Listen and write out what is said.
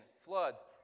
floods